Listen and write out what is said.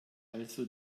also